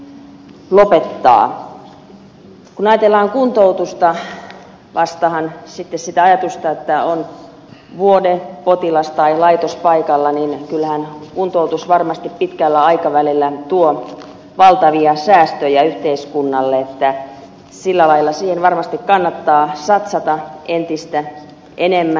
kun ajatellaan kuntoutusta vastaan sitä ajatusta että on vuodepotilas tai laitospaikalla niin kyllähän kuntoutus varmasti pitkällä aikavälillä tuo valtavia säästöjä yhteiskunnalle joten sillä lailla siihen varmasti kannattaa satsata entistä enemmän